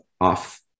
off